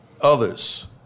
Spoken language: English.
Others